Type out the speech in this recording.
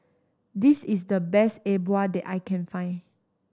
this is the best E Bua that I can find